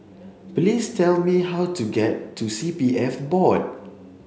please tell me how to get to C P F Board